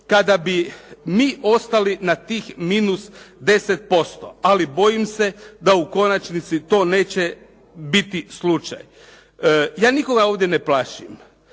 kada bi mi ostali na tih minus 10%. Ali bojim se da u konačnici to neće biti slučaj. Ja nikoga ovdje ne plašim,